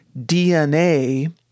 DNA